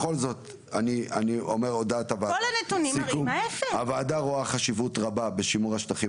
בכל זאת אני אומר את הודעת הוועדה רואה חשיבות רבה בשימור על שטחים